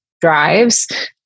drives